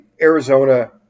Arizona